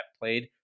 played